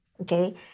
okay